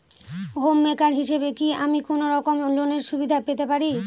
Home maker হিসেবে কি আমি কোনো রকম লোনের সুবিধা পেতে পারি?